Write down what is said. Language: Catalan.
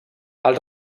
els